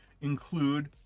include